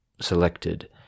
selected